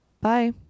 Bye